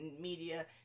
media